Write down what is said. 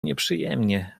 nieprzyjemnie